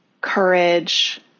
courage